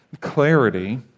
clarity